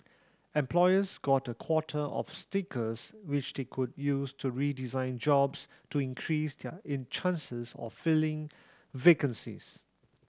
employers got a quota of stickers which they could use to redesign jobs to increase their in chances of filling vacancies